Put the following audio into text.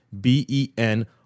B-E-N